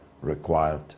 required